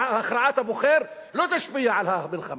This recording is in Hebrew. הכרעת הבוחר לא תשפיע על המלחמה.